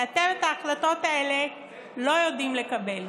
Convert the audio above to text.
כי אתם את ההחלטות האלה לא יודעים לקבל.